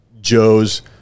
Joe's